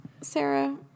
Sarah